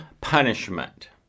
punishment